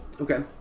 Okay